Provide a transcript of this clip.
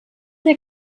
der